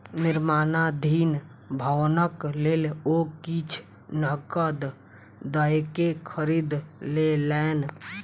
निर्माणाधीन भवनक लेल ओ किछ नकद दयके खरीद लेलैन